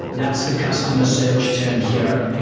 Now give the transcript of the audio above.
that's the customer search term here.